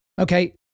okay